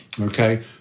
Okay